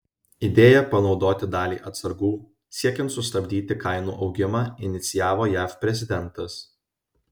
idėją panaudoti dalį atsargų siekiant sustabdyti kainų augimą inicijavo jav prezidentas